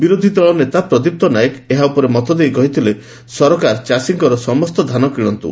ବିରୋଧୀ ଦଳ ନେତା ପ୍ରଦୀପ୍ତ ନାୟକ ଏହା ଉପରେ ମତଦେଇ କହିଥିଲେ ସରକାର ଚାଷୀଙ୍କର ସମସ୍ତ ଧାନ କିଶନ୍ତୁ